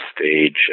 stage